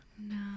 No